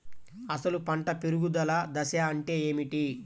అసలు పంట పెరుగుదల దశ అంటే ఏమిటి?